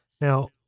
Now